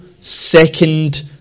second